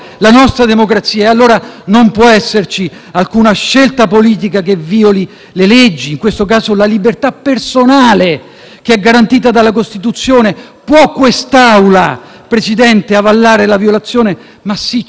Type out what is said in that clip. libertà personale, che è garantita dalla Costituzione. Può questa Assemblea, signor Presidente, avallare la violazione massiccia dei diritti umani? Signor Presidente, colleghi, non possiamo, perché la nostra Costituzione